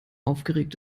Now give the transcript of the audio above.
aufgeregt